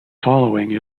following